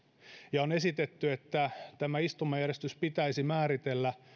ja on esitetty että tämä istumajärjestys pitäisi määritellä